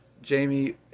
Jamie